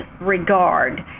regard